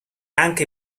anche